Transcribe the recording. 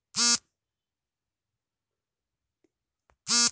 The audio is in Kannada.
ಮನೆ ಗಿಡ ಮನೆಯೊಳಗೆ ಮತ್ತು ಕಛೇರಿಗಳಂತ ಸ್ಥಳದಲ್ಲಿ ಅಲಂಕಾರಿಕ ಉದ್ದೇಶಗಳಿಗಾಗಿ ಬೆಳೆಯೋ ಸಸ್ಯವಾಗಿದೆ